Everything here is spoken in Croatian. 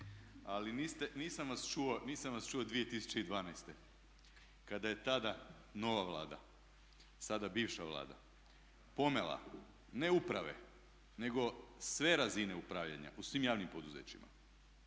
ali nisam vas čuo 2012. kada je tada nova Vlada, sada bivša Vlada pomela ne uprave, nego sve razine upravljanja u svim javnim poduzećima